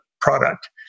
product